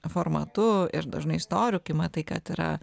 formatu ir dažnai istorijų kai matai kad yra